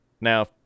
Now